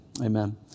amen